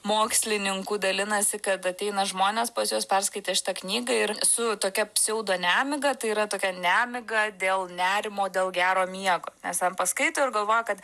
mokslininkų dalinasi kad ateina žmonės pas juos perskaitę šitą knygą ir su tokia pseudonemiga tai yra tokia nemiga dėl nerimo dėl gero miego nes ten paskaito ir galvoja kad